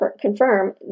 confirm